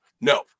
No